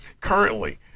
Currently